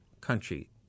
country